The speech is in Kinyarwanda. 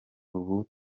ubu